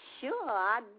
sure